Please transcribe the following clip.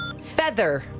Feather